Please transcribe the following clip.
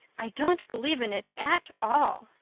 i don't believe in it at all.